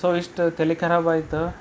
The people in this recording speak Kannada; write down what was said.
ಸೊ ಎಷ್ಟು ತಲೆ ಖರಾಬಾಯ್ತು